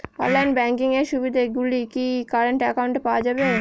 Online banking এর সুবিধে গুলি কি কারেন্ট অ্যাকাউন্টে পাওয়া যাবে?